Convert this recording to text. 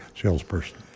salesperson